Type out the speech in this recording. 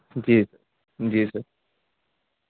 جی جی سر